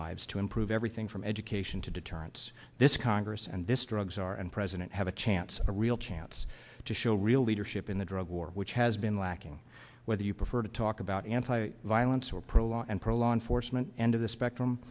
lives to improve everything from education to deterrence this congress and this drugs are and president have a chance a real chance to show real leadership in the drug war which has been lacking whether you prefer to talk about anti violence or